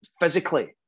physically